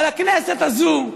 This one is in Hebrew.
אבל הכנסת הזאת,